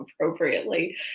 appropriately